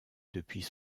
depuis